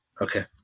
Okay